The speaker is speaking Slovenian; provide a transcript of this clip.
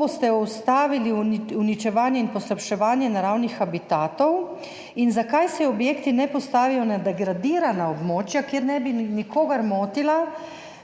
boste ustavili uničevanje in poslabševanje naravnih habitatov? Zakaj se objekti ne postavijo na degradirana območja, kjer ne bi nikogar motili?